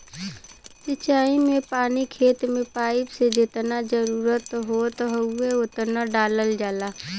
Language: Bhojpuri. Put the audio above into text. सिंचाई में पानी खेत में पाइप से जेतना जरुरत होत हउवे ओतना डालल जाला